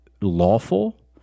lawful